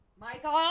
Michael